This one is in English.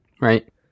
right